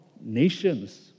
nations